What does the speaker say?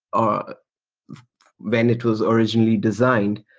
ah when it was originally designed,